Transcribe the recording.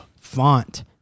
Font